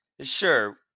sure